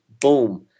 boom